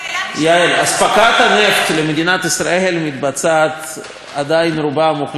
אספקת הנפט למדינת ישראל מתבצעת עדיין ברובה המוחלט באוניות,